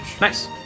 Nice